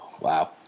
Wow